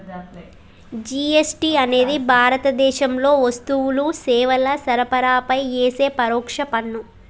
GST అనేది భారతదేశంలో వస్తువులు, సేవల సరఫరాపై యేసే పరోక్ష పన్ను